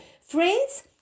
Friends